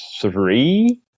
three